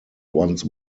once